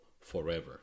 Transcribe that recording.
forever